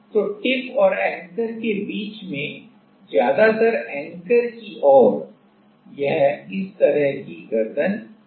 तो टिप और एंकर के बीच में ज्यादातर एंकर की ओर यह इस तरह की गर्दन बनाता है